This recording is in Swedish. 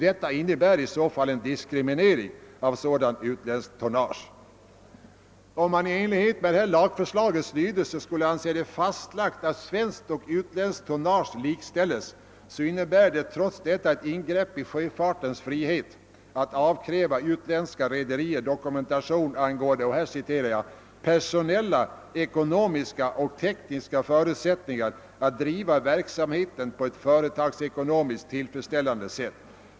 Detta innebär i så fall en diskriminering av sådant utländskt tonnage. Om man i enlighet med lagförslagets lydelse skulle anse det fastlagt att svenskt och utländskt tonnage likställs, innebär det trots detta ett ingrepp i sjöfartens frihet att avkräva utländska rederier dokumentation angående »personella, ekonomiska och tekniska förutsättningar att driva verksamheten på ett företagsekonomiskt tillfredsställande sätt«.